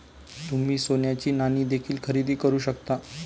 तुम्ही सोन्याची नाणी देखील खरेदी करू शकता